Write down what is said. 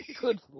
Good